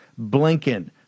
Blinken